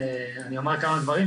אני אומר כמה דברים,